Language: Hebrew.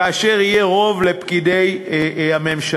כאשר יהיה רוב לפקידי הממשלה,